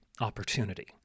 opportunity